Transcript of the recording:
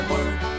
Word